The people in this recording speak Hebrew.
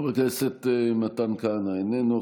חבר הכנסת מתן כהנא, איננו,